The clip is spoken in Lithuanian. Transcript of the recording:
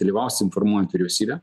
dalyvausim formuojant vyriausybę